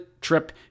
trip